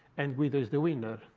and guido is the winner.